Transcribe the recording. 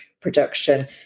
production